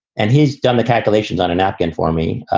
and he's done the calculations on a napkin for me.